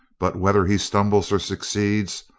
but whether he stumble or succeed,